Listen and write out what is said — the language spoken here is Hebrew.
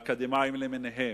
האקדמאים למיניהם?